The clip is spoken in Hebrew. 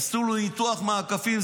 עשו לו ניתוח מעקפים.